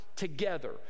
Together